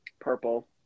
Purple